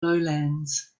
lowlands